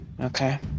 Okay